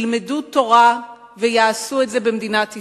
ילמדו תורה ויעשו את זה במדינת ישראל.